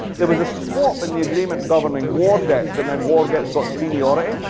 there was a swap in the agreement governing war debts. the main war debts got seniority.